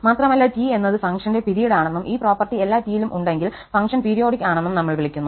മാത്രമല്ല T എന്നത് ഫംഗ്ഷന്റെ പിരീഡ് ആണെന്നും ഈ പ്രോപ്പർട്ടി എല്ലാ t യിലും ഉണ്ടെങ്കിൽ ഫംഗ്ഷൻ പീരിയോഡിക് ആണെന്നും നമ്മൾ വിളിക്കുന്നു